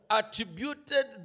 attributed